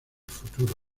futuro